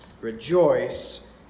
Rejoice